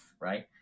right